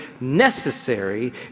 necessary